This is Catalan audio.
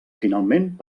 finalment